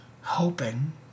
hoping